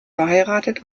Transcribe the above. verheiratet